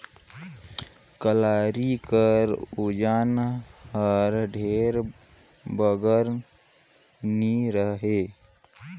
कलारी कर ओजन हर ढेर बगरा नी रहें